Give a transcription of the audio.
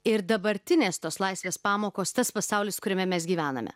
ir dabartinės tos laisvės pamokos tas pasaulis kuriame mes gyvename